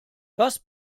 was